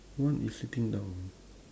one is sitting down